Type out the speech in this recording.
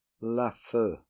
lafeu